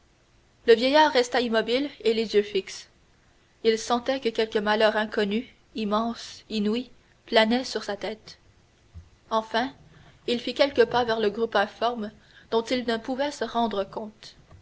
le vieillard resta immobile et les yeux fixes il sentait que quelque malheur inconnu immense inouï planait sur sa tête enfin il fit quelques pas vers le groupe informe dont il ne pouvait se rendre compte